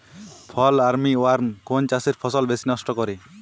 ফল army worm কোন চাষের ফসল বেশি নষ্ট করে?